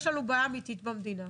יש לנו בעיה אמיתית במדינה.